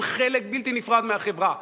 הם חלק בלתי נפרד מהחברה,